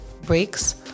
breaks